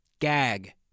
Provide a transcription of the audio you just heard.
Gag